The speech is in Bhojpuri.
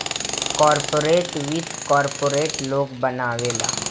कार्पोरेट वित्त कार्पोरेट लोग बनावेला